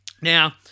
Now